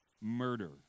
murder